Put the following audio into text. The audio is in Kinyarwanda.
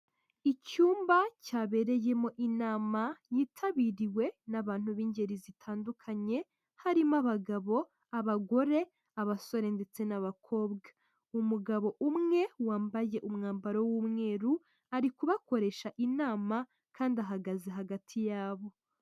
Icyumba cyabereyemo inama yitabiriwe n'abantu b'ingeri zitandukanye harimo abagabo, abagore, abasore ndetse n'abakobwa. Umugabo umwe wambaye umwambaro w'umweru ari kubakoresha inama kandi ahagaze hagati yabo.